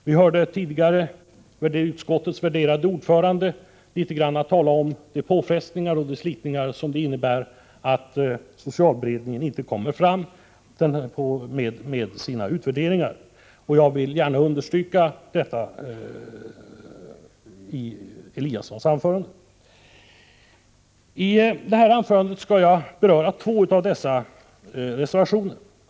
Vi hörde tidigare utskottets värderade ordförande tala om vilka påfrestningar och slitningar det innebär att socialberedningen inte lägger fram sina utvärderingar. Jag vill gärna understryka denna del av Ingemar Eliassons anförande. I mitt anförande skall jag beröra två av reservationerna.